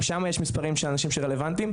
הרשות מקבלת החלטות מה לעשות עם הסכומים האלה.